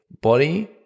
body